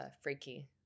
Freaky